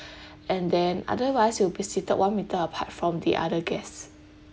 and then otherwise you will be seated one metre apart from the other guests